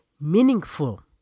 meaningful